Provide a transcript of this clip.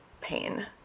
pain